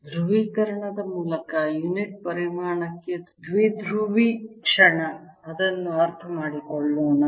ಧ್ರುವೀಕರಣದ ಮೂಲಕ ಯುನಿಟ್ ಪರಿಮಾಣಕ್ಕೆ ದ್ವಿಧ್ರುವಿ ಕ್ಷಣ ಅದನ್ನು ಅರ್ಥಮಾಡಿಕೊಳ್ಳೋಣ